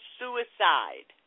suicide